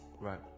Right